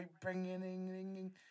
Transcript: bringing